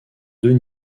deux